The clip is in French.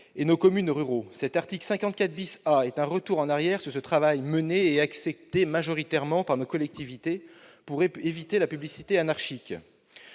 et nos communes ruraux. L'article 54 A est un retour en arrière par rapport à ce travail, mené et accepté majoritairement par nos collectivités, pour éviter la publicité anarchique.